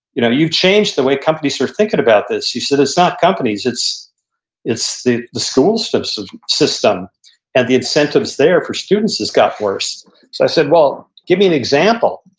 you know you changed the way companies are thinking about this. she said, it's not companies, it's it's the the school sort of so system and the incentives there for students has gotten worse. so i said, well, give me an example.